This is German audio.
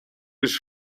ist